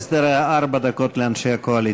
ההסדר היה ארבע דקות לאנשי הקואליציה.